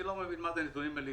אני לא מבין מה זה "נתונים מלאים".